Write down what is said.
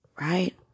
right